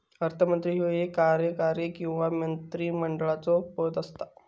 अर्थमंत्री ह्यो एक कार्यकारी किंवा मंत्रिमंडळाचो पद असता